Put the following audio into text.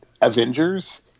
Avengers